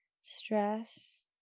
stress